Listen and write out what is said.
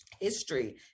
history